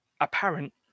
apparent